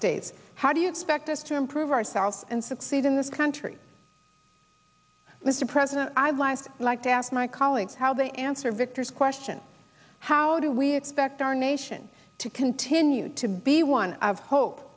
states how do you expect us to improve ourselves and succeed in this country mr president i've lived like to ask my colleagues how they answer victor's question how do we expect our nation to continue to be one of hope